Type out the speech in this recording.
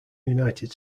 united